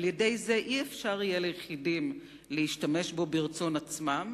על-ידי זה אי-אפשר יהיה ליחידים להשתמש בו ברצון עצמם,